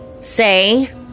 say